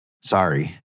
Sorry